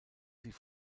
sie